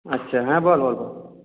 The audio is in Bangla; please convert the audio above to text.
আচ্ছা হ্যাঁ বল বল বল